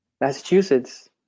Massachusetts